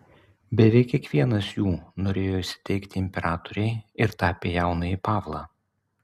beveik kiekvienas jų norėjo įsiteikti imperatorei ir tapė jaunąjį pavlą